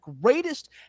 greatest